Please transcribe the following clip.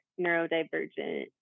neurodivergent